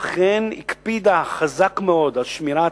אכן הקפידה מאוד על שמירת